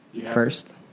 first